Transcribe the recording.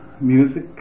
music